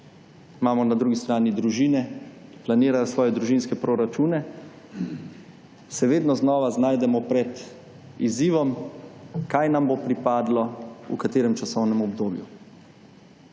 imamo na drugi strani družine, ki planirajo svoje družinske proračune, se vedno znova znajdemo pred izzivom, kaj nam bo pripadlo, v katerem časovnem obdobju.